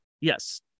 Yes